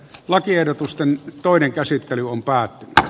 lakiehdotusten toinen käsittely on äänestänyt